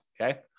Okay